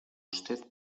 usted